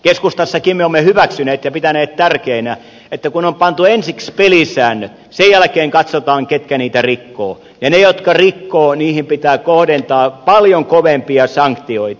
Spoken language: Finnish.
keskustassakin me olemme hyväksyneet ja pitäneet tärkeänä että kun on pantu ensiksi pelisäännöt sen jälkeen katsotaan ketkä niitä rikkovat ja niihin jotka rikkovat pitää kohdentaa paljon kovempia sanktioita